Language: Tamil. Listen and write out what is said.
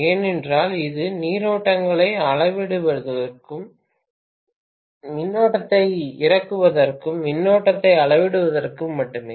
ஏனெனில் இது நீரோட்டங்களை அளவிடுவதற்கும் மின்னோட்டத்தை இறக்குவதற்கும் மின்னோட்டத்தை அளவிடுவதற்கும் மட்டுமே